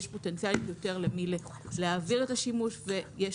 יש פוטנציאל יותר למי להעביר את השימוש ויש